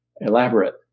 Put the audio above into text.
elaborate